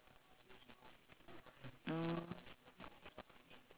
we go yes we go weekend